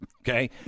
Okay